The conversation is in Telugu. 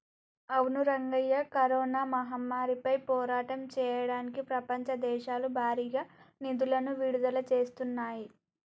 అవును రంగయ్య కరోనా మహమ్మారిపై పోరాటం చేయడానికి ప్రపంచ దేశాలు భారీగా నిధులను విడుదల చేస్తున్నాయి